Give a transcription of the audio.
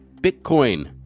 Bitcoin